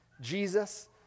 Jesus